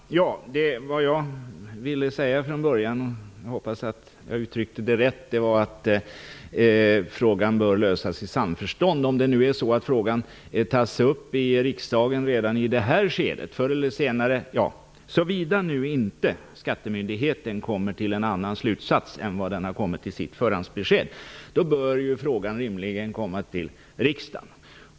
Fru talman! Vad jag ville säga från början, och jag hoppas att jag uttryckte det rätt, var att frågan bör lösas i samförstånd. Såvida nu inte skattemyndigheten kommer till en annan slutsats än den har kommit till i sitt förhandsbesked, då bör ju frågan rimligen komma till riksdagen.